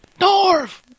Norv